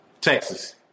Texas